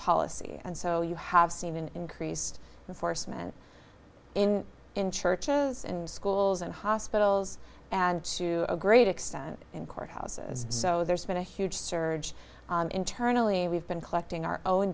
policy and so you have seen an increased enforcement in in churches and schools and hospitals and to a great extent in court houses so there's been a huge surge internally we've been collecting our own